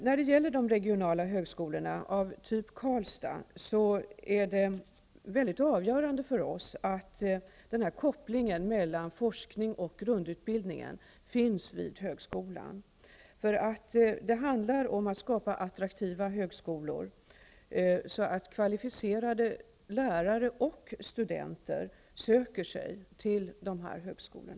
När det gäller de regionala högskolorna, som den i Karlstad, är det avgörande att kopplingen mellan forskningen och grundutbildningen finns vid högskolan. Det handlar om att skapa attraktiva högskolor, så att kvalificerade lärare och studenter söker sig till dessa högskolor.